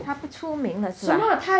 他不出名了是吧